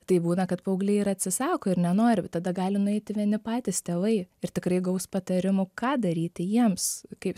tai būna kad paaugliai ir atsisako ir nenori tada galime eiti vieni patys tėvai ir tikrai gaus patarimų ką daryti jiems kaip